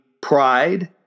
pride